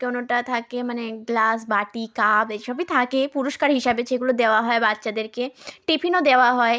কোনোটা থাকে মানে গ্লাস বাটি কাপ এই সবই থাকে পুরুস্কার হিসাবে যেগুলো দেওয়া হয় বাচ্চাদেরকে টিফিনও দেওয়া হয়